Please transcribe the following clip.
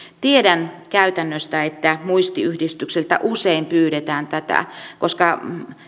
tiedän käytännöstä että muistiyhdistykseltä usein pyydetään tätä koska